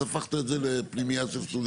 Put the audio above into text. אז הפכת את זה לפנימייה של סטודנטים.